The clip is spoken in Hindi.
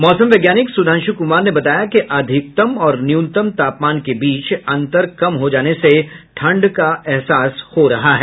मौसम वैज्ञानिक सुधांशु कुमार ने बताया कि अधिकतम और न्यूनतम तापमान के बीच अंतर कम हो जाने से ठंड का एहसास हो रहा है